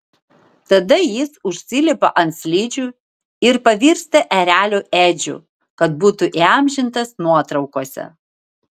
tada jis užsilipa ant slidžių ir pavirsta ereliu edžiu kad būtų įamžintas nuotraukose